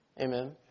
Amen